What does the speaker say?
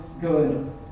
good